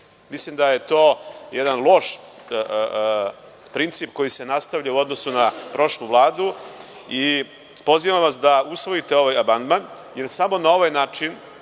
da je to jedan loš princip koji se nastavlja u odnosu na prošlu Vladu i pozivam vas da usvojite ovaj amandman, jer samo na ovaj način